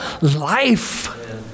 life